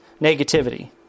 Negativity